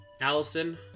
Allison